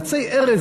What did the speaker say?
עצי ארז,